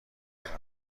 ببخشد